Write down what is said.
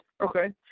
Okay